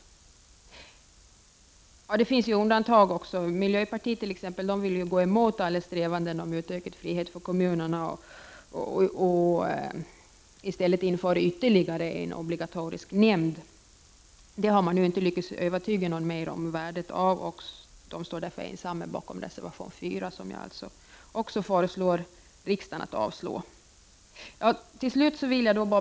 Det finns undantag också. Miljöpartiet vill t.ex. gå emot alla strävanden mot utökad frihet för kommunerna och i stället införa ytterligare en obligatorisk nämnd. Värdet av det har man inte lyckats övertyga någon mer om. De står därför ensamma bakom reservation 4, som jag också föreslår riksdagen att avslå.